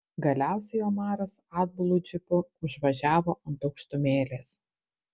galiausiai omaras atbulu džipu užvažiavo ant aukštumėlės